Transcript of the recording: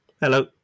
Hello